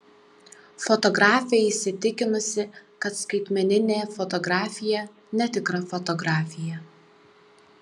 fotografė įsitikinusi kad skaitmeninė fotografija netikra fotografija